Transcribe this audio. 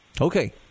Okay